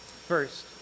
First